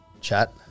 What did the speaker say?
chat